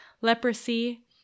leprosy